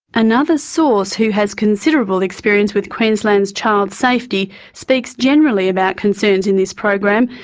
another source who has considerable experience with queensland's child safety speaks generally about concerns in this program,